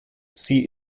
sie